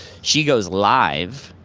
she goes live,